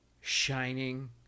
shining